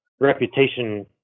reputation